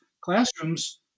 classrooms